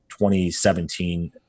2017